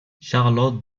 charlotte